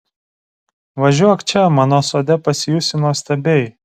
važiuok čia mano sode pasijusi nuostabiai